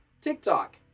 tiktok